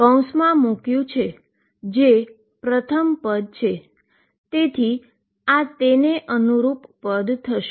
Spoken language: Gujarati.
તેથી આ તેને અનુરૂપ ટર્મ થશે